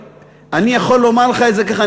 אני יכול לומר לך את זה ככה,